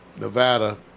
Nevada